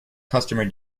customer